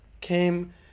came